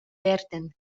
werden